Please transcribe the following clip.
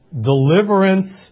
deliverance